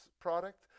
product